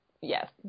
yes